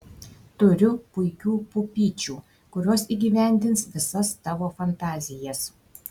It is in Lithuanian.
turiu puikių pupyčių kurios įgyvendins visas tavo fantazijas